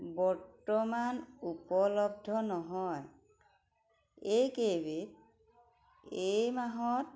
বর্তমান উপলব্ধ নহয় এইকেইবিধ এই মাহত